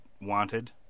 wanted